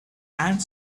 and